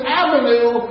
avenue